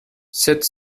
sept